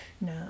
no